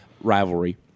rivalry